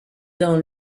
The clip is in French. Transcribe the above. dans